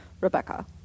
Rebecca